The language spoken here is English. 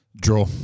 Draw